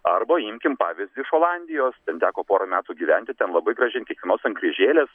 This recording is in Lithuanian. arba imkim pavyzdį iš olandijos teko porą metų gyventi ten labai gražiai ant kiekvienos sankryžėlės